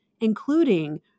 including